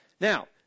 Now